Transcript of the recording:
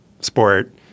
sport